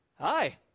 hi